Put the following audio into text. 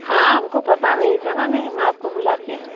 हाँ हमको पता नहीं था ना नहीं मैं आपको बुलाती